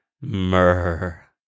myrrh